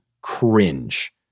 cringe